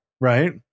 right